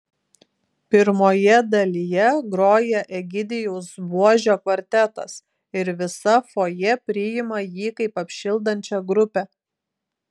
pirmoje dalyje groja egidijaus buožio kvartetas ir visa fojė priima jį kaip apšildančią grupę